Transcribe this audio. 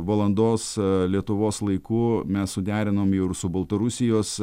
valandos lietuvos laiku mes suderinom jau ir su baltarusijos